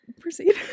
Proceed